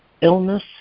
Illness